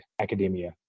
academia